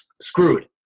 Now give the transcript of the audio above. Screwed